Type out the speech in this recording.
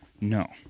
No